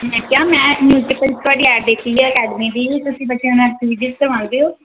ਮੈਂ ਕਿਹਾ ਮੈਂ ਨਿਊਜ਼ਪੇਪਰ 'ਚ ਤੁਹਾਡੀ ਐਡ ਦੇਖੀ ਹੈ ਅਕੈਡਮੀ ਦੀ ਤੁਸੀਂ ਬੱਚਿਆਂ ਨਾਲ ਐਕਟਿਵੀਟੀਸ ਕਰਵਾਉਂਦੇ ਹੋ